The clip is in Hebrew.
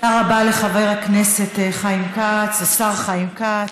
תודה רבה, לחבר הכנסת חיים כץ, לשר חיים כץ.